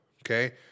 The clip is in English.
okay